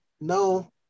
No